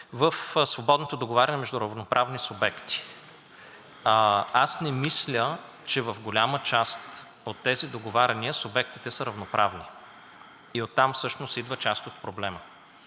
в свободното договаряне между равноправни субекти. Аз не мисля, че в голяма част от тези договаряния субектите са равноправни и оттам всъщност идва част от проблема.